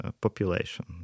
population